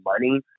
money